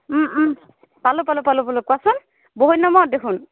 পালোঁ পালোঁ পালোঁ পালোঁ কোৱাচোন বহুত দিনৰ মূৰত দেখোন